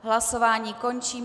Hlasování končím.